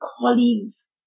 colleagues